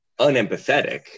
unempathetic